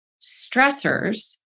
stressors